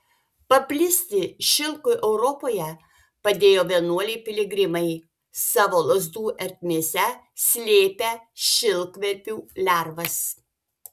paplisti šilkui europoje padėjo vienuoliai piligrimai savo lazdų ertmėse slėpę šilkverpių lervas